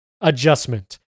adjustment